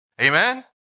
Amen